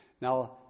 Now